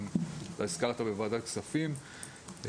גם הזכרת בוועדת כספים,